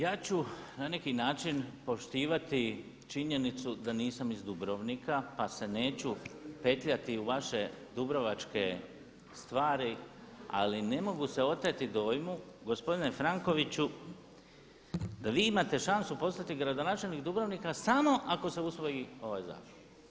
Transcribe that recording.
Ja ću na neki način poštivani činjenicu da nisam iz Dubrovnika pa se neću petljati u vaše dubrovačke stvari ali ne mogu se oteti dojmu gospodine Frankoviću da vi imate šansu postati gradonačelnik Dubrovnika samo ako se usvoji ovaj zakon.